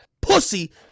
pussy